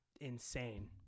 Insane